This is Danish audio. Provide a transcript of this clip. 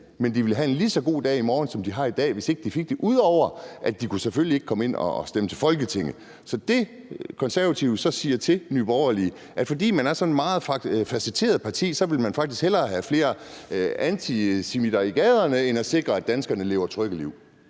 det – ville have en lige så god dag i morgen, som de har i dag, hvis ikke de havde fået det, bortset fra at de selvfølgelig ikke ville kunne stemme til Folketinget. Så det, Konservative siger til Nye Borgerlige, er, at fordi man er sådan et meget facetteret parti, vil man faktisk hellere have flere antisemitter i gaderne end sikre, at danskerne lever trygge liv.